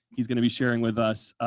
he's going to be sharing with us,